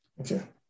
Okay